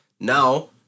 now